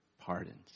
pardons